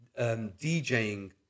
DJing